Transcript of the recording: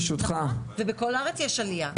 בכל הארץ יש עלייה.